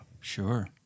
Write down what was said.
Sure